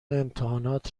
امتحانات